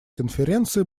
конференции